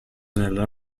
nella